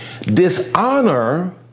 dishonor